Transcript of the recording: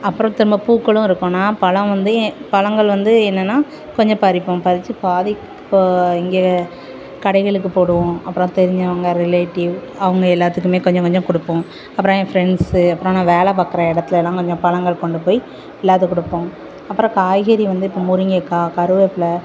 அப்புறம் திரும்ப பூக்களும் இருக்கும்னா பழம் வந்து பழங்கள் வந்து என்னென்னா கொஞ்சம் பறிப்போம் பறிச்சி பாதிக் இப்போ இங்க கடைகளுக்கு போடுவோம் அப்புறம் தெரிஞ்சவங்க ரிலேட்டிவ் அவங்க எல்லாதுக்குமே கொஞ்சம் கொஞ்சம் கொடுப்போம் அப்புறம் என் ஃப்ரெண்ட்ஸ்ஸு அப்புறம் நான் வேலை பார்க்குற இடத்துலலாம் கொஞ்சம் பழங்கள் கொண்டு போய் எல்லாத்துக்கும் கொடுப்போம் அப்புறம் காய்கறி வந்து இப்போ முருங்கக்கா கருவேப்பில